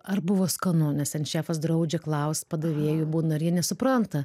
ar buvo skanu nes ten šefas draudžia klaust padavėjų būna ir jie nesupranta